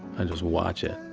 i just watch it.